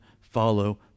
follow